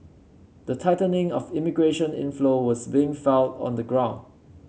the tightening of immigration inflow was being felt on the ground